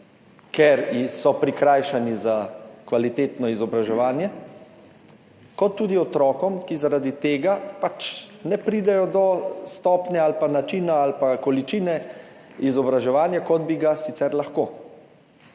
ker so prikrajšani za kvalitetno izobraževanje, kot tudi otrokom, ki zaradi tega ne pridejo do stopnje ali pa načina ali pa količine izobraževanja, kot bi sicer lahko.